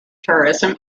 tourism